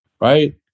right